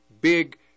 big